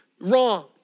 Wrong